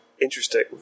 Interesting